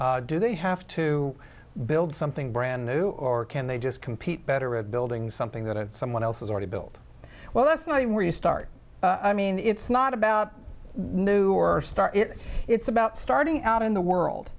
d do they have to build something brand new or can they just compete better a building something that someone else has already built well that's not where you start i mean it's not about new or start it it's about starting out in the world